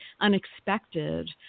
unexpected